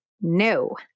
no